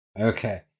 Okay